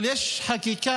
אבל יש חקיקה,